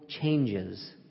changes